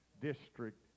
District